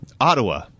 Ottawa